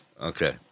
Okay